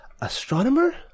astronomer